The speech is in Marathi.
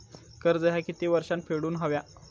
कर्ज ह्या किती वर्षात फेडून हव्या?